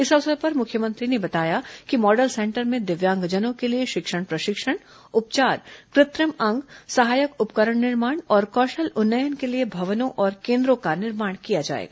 इस अवसर पर मुख्यमंत्री ने बताया कि मॉडल सेंटर में दिव्यांगजनों के लिए शिक्षण प्रशिक्षण उपचार कृत्रिम अंग सहायक उपकरण निर्माण और कौशल उन्नयन के लिए भवनों और केन्द्रों का निर्माण किया जाएगा